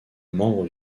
membre